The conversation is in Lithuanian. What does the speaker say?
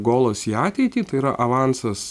golas į ateitį tai yra avansas